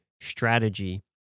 strategy